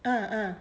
ah ah